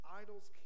idols